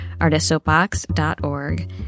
artistsoapbox.org